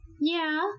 Yeah